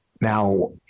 Now